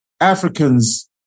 Africans